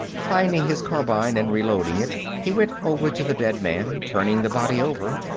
finding his carbine and reloading it, he went over to the dead man, turning the body over.